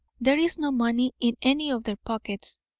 there is no money in any of their pockets,